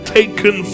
taken